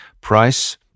price